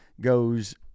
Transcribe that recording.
goes